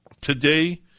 today